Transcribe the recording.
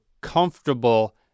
comfortable